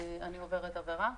אני עוברת עבירה.